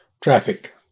traffic